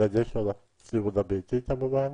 בדגש על הסיעוד הביתי כמובן,